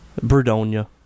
Brudonia